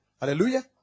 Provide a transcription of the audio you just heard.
Hallelujah